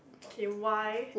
K why